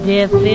Death